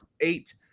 eight